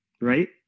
right